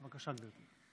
בבקשה, גברתי.